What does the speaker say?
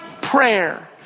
prayer